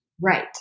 Right